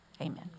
Amen